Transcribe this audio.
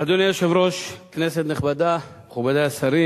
שנייה ושלישית בוועדת החוקה, חוק ומשפט.